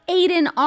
Aiden